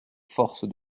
force